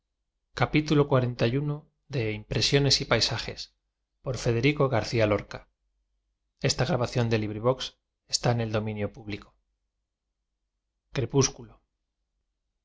y paisajes federico garcía